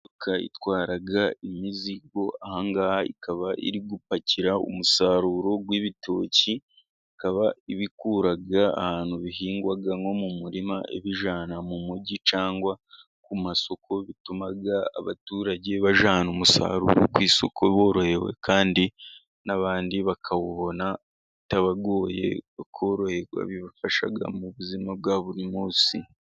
Imodoka yatwara imizigo, ahangaha ikaba iri gupakira umusaruro w'ibitoki, ikaba ibikura, ahantu bihingwa nko mu murima, ibijana mu mujyi cyangwa ku masoko, bituma abaturage bajana umusaruro ku isoko, borohewe kandi n'abandi, bakawubona bitabagoye bakoroherwa, bibafasha mu buzima bwa buri munsi.